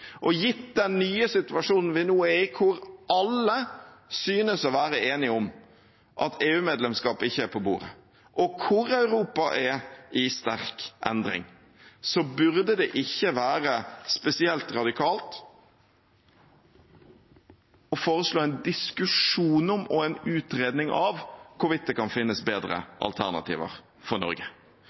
Gitt den nye situasjonen vi nå er i, hvor alle synes å være enige om at EU-medlemskap ikke er på bordet, og hvor Europa er i sterk endring, burde det ikke være spesielt radikalt å foreslå en diskusjon om og en utredning av hvorvidt det kan finnes bedre alternativer for Norge.